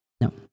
no